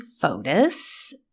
photos